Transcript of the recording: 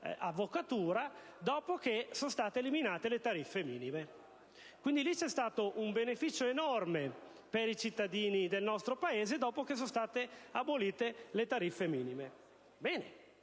avvocatura dopo che sono state eliminate le tariffe minime. In quel caso c'è stato un beneficio enorme per i cittadini del nostro Paese dopo l'abolizione delle tariffe minime. Noi